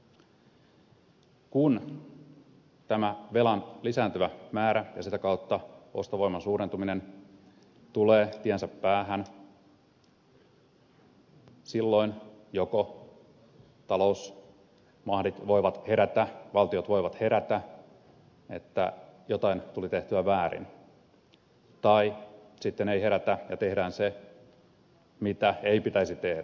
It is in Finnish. kun tämä velan lisääntyvä määrä ja sitä kautta ostovoiman suurentuminen tulee tiensä päähän silloin joko talousmahdit voivat herätä valtiot voivat herätä että jotain tuli tehtyä väärin tai sitten ei herätä ja tehdään se mitä ei pitäisi tehdä